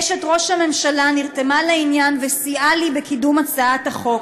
אשת ראש הממשלה נרתמה לעניין וסייעה לי בקידום הצעת החוק.